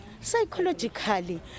psychologically